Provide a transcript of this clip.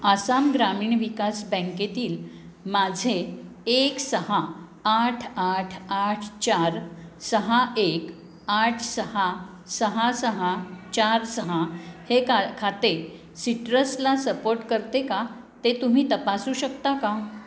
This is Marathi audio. आसाम ग्रामीण विकास बँकेतील माझे एक सहा आठ आठ आठ चार सहा एक आठ सहा सहा सहा चार सहा हे का खाते सिट्रसला सपोट करते का ते तुम्ही तपासू शकता का